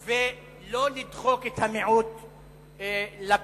להיות מכיל ולא לדחוק את המיעוט לפינה.